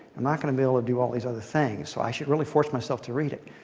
i'm not going to be able to do all these other things. so i should really force myself to read it.